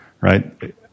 right